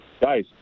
guys